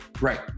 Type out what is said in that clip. Right